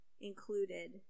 included